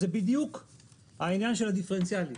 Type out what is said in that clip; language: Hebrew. זה בדיוק העניין של הדיפרנציאלי.